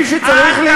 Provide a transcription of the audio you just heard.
מי שצריך,